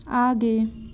आगे